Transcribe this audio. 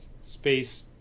space